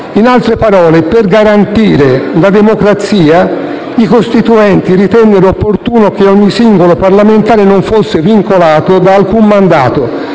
In altre parole, per garantire la democrazia i costituenti ritennero opportuno che ogni singolo parlamentare non fosse vincolato da alcun mandato,